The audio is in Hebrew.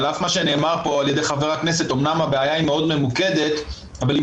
על אף מה שנאמר פה על-ידי חבר הכנסת אמנם הבעיה מאוד ממוקדת אבל היא